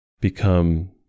become